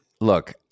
look